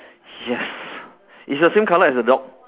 yes it's the same colour as the dog